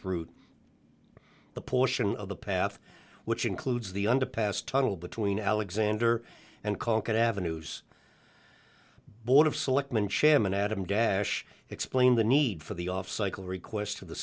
th route the portion of the path which includes the underpass tunnel between alexander and concord avenues board of selectmen chairman adam dash explained the need for the off cycle request of the